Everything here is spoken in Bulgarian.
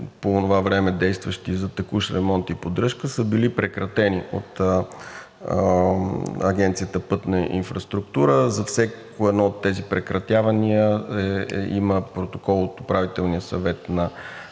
по онова време за текущ ремонт и поддръжка са били прекратени от Агенция „Пътна инфраструктура“. За всяко едно от тези прекратявания има протокол от Управителния съвет на